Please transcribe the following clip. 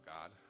God